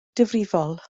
difrifol